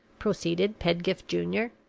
proceeded pedgift junior.